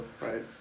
Right